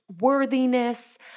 worthiness